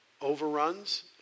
overruns